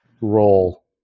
role